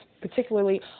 particularly